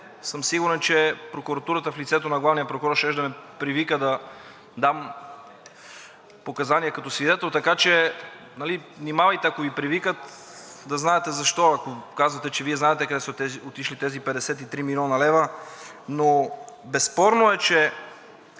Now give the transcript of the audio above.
съм сигурен, че прокуратурата в лицето на главния прокурор щеше да ме привика да дам показания като свидетел. Така че внимавайте, ако Ви привикат, да знаете защо. Казвате, че Вие знаете къде са отишли тези 53 млн. лв. Но безспорно е, че